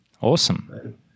awesome